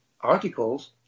articles